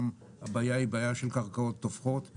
הבעיה היא בעיה של קרקעות תופחות,